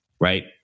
right